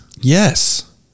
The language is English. Yes